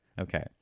Okay